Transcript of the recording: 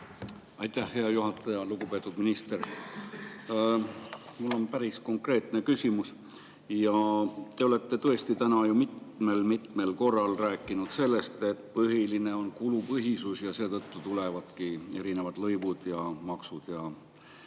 Aitäh, hea juhataja! Lugupeetud minister! Mul on päris konkreetne küsimus. Te olete tõesti täna ju mitmel-mitmel korral rääkinud sellest, et põhiline on kulupõhisus ja seetõttu tulevadki erinevad lõivud ja maksud.